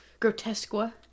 Grotesqua